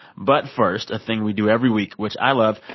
but first, a thing we do every week, which i love,